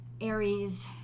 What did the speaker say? aries